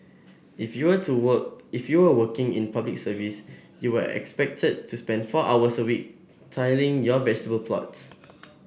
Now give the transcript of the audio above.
if you are to work if you were working in Public Service you were expected to spend four hours a week tilling your vegetable plots